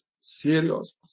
serious